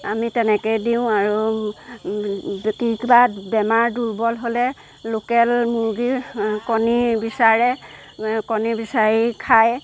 আমি তেনেকেই দিওঁ আৰু যদি কিবা বেমাৰ দুৰ্বল হ'লে লোকেল মুৰ্গীৰ কণী বিচাৰে কণী বিচাৰি খায়